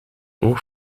oog